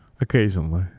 Occasionally